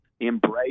embrace